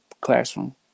classroom